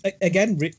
again